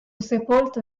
sepolto